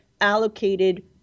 allocated